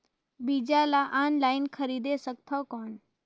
बीजा ला ऑनलाइन खरीदे सकथव कौन?